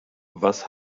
was